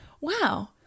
Wow